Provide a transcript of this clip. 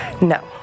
No